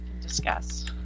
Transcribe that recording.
Discuss